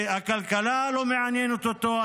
והכלכלה לא מעניינת אותו,